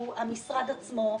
הוא המשרד עצמו,